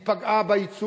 היא פגעה בייצור,